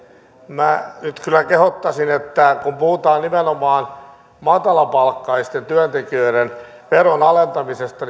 minä nyt kyllä kehottaisin ja olisi hyvä kun puhutaan nimenomaan matalapalkkaisten työntekijöiden veron alentamisesta